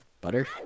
butter